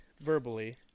verbally